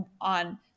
on